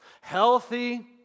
healthy